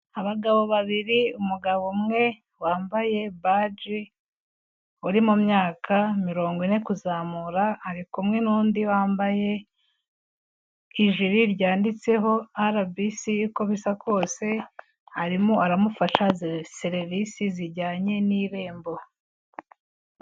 Abagabo babiri, umugabo umwe wambaye baji, uri mu myaka mirongo ine kuzamura, ari kumwe n'undi wambaye ijiri ryanditseho rbc, uko bisa kose arimo aramufasha serivisi zijyanye n'irembo.